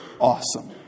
awesome